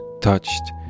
touched